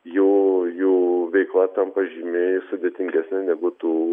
jų jų veikla tampa žymiai sudėtingesne negu tų